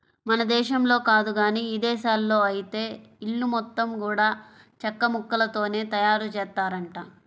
మన దేశంలో కాదు గానీ ఇదేశాల్లో ఐతే ఇల్లు మొత్తం గూడా చెక్కముక్కలతోనే తయారుజేత్తారంట